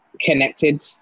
connected